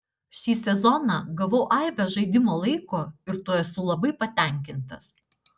šį sezoną gavau aibę žaidimo laiko ir tuo esu labai patenkintas